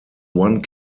one